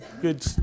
good